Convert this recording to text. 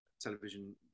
Television